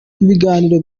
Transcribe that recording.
ibiganiro